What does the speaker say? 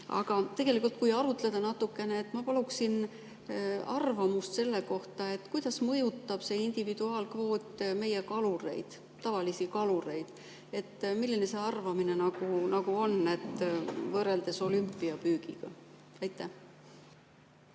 Aga tegelikult, kui arutleda natukene, ma paluksin arvamust selle kohta, kuidas mõjutab see individuaalkvoot meie kalureid, tavalisi kalureid. Milline see arvamine on, võrreldes olümpiapüügiga? Aitäh!